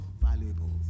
valuable